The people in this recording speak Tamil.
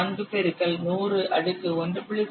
4 X 100 அடுக்கு 1